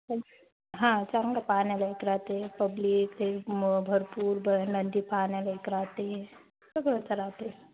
पण हां चांगलं पाहण्यालायक राहते पब्लिक ते मग भरपूर ब नंदी पाहण्यालायक राहते सगळंच राहते